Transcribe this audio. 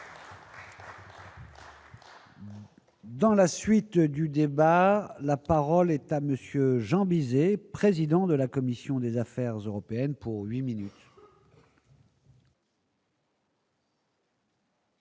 Dans la suite du débat, la parole est à monsieur Jean Bizet et président de la commission des affaires européennes pour 8 minutes.